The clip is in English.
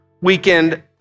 weekend